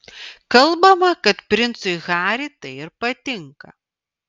kalbama kad princui harry tai ir patinka